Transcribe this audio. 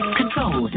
control